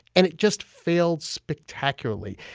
and it just failed spectacularly.